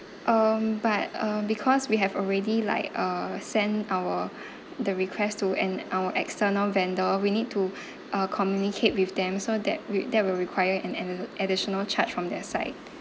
um but um because we have already like uh send our the request to an our external vendor we need to uh communicate with them so that will that will require an addi~ additional charged from their side